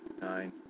nine